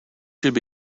should